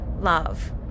love